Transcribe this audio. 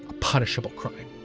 punshinable crime.